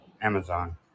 Amazon